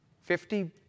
fifty